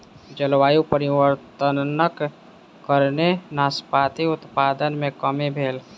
जलवायु परिवर्तनक कारणेँ नाशपाती उत्पादन मे कमी भेल